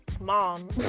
mom